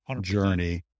journey